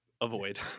avoid